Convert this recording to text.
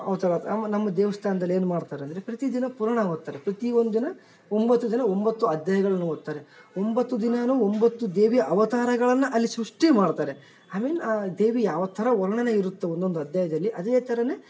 ಅವತಾರ ನಮ್ಮ ನಮ್ಮ ದೇವಸ್ಥಾನ್ದಲ್ಲೆನು ಮಾಡ್ತಾರಂದರೆ ಪ್ರತಿದಿನ ಪುರಾಣ ಓದ್ತಾರೆ ಪ್ರತಿ ಒಂದಿನ ಒಂಬತ್ತು ದಿನ ಒಂಬತ್ತು ಅಧ್ಯಾಯಗಳನ್ನು ಓದ್ತಾರೆ ಒಂಬತ್ತು ದಿನಾ ಒಂಬತ್ತು ದೇವಿಯ ಅವತಾರಗಳನ್ನು ಅಲ್ಲಿ ಸೃಷ್ಟಿ ಮಾಡ್ತಾರೆ ಐ ಮೀನ್ ದೇವಿಯ ಯಾವ್ತರ ವರ್ಣನೆ ಇರುತ್ತೋ ಒಂದೊಂದು ಅಧ್ಯಾಯದಲ್ಲಿ ಅದೇ ಥರಾ